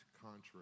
contrary